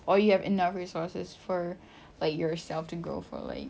or you have enough resources for like yourself to go for like